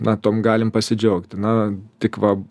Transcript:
na tuom galim pasidžiaugti na tik va